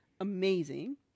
amazing